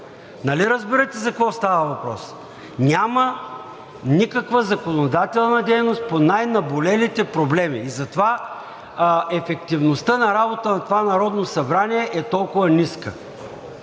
Нали разбирате за какво става въпрос – няма никаква законодателна дейност по най-наболелите проблеми, и затова ефективността на работата на това Народно събрание е толкова ниска.